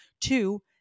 Two